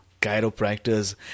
chiropractors